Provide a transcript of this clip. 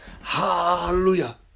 Hallelujah